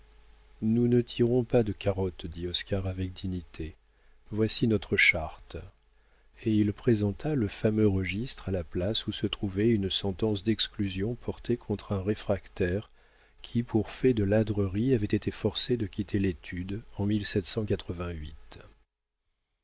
nous ne tirons pas de carottes dit oscar avec dignité voici notre charte et il présenta le fameux registre à la place où se trouvait une sentence d'exclusion portée contre un réfractaire qui pour fait de ladrerie avait été forcé de quitter l'étude en